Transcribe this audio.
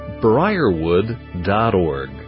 briarwood.org